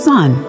Son